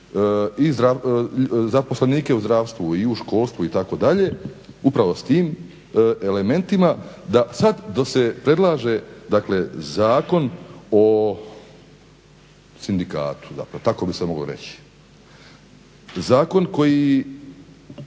i zaposlenike u zdravstvu i u školstvu itd. upravo s tim elementima da sad da se predlaže, dakle Zakon o sindikatu, zapravo tako bi se moglo reći. Zakon koji